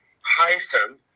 hyphen